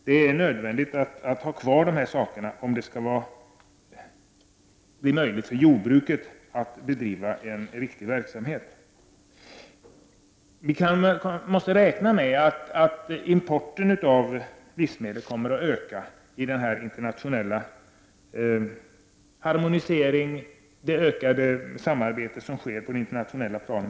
Det är nödvändigt att ha kvar en del regleringar, om det skall vara möjligt för jordbruket att bedriva en riktig verksamhet. Vi måste räkna med att importen av livsmedel kommer att öka med den internationella harmoniseringen, det ökade samarbete som sker på det internationella planet.